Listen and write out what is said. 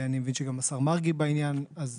אני מבין שגם השר מרגי בעניין, אז